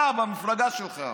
אתה, במפלגה שלך.